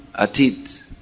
Atit